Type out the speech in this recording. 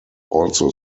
also